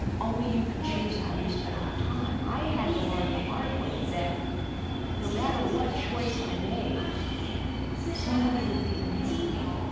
only you can choose how you spend your time. i had to learn the hard way that no matter choice i made somebody would be unhappy.